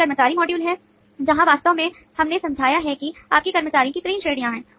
एक कर्मचारी मॉड्यूल है जहां वास्तव में हमने समझा है कि आपके कर्मचारियों की 3 श्रेणियां हैं